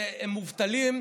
שהם מובטלים,